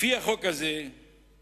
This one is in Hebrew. החוק הזה בעצם